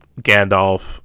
Gandalf